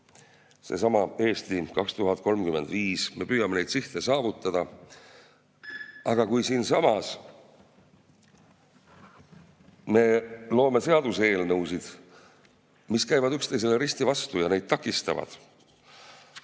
seesama "Eesti 2035", ning püüda neid sihte saavutada, aga kui siinsamas me loome seaduseelnõusid, mis käivad üksteisele risti vastu ja [sihtide